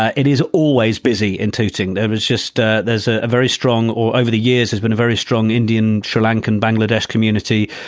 ah it is always busy in tooting. there was just ah there's ah a very strong or over the years has been a very strong indian, sri lankan, bangladeshi community.